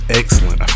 excellent